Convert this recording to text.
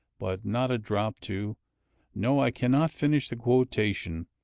but not a drop to no, i cannot finish the quotation.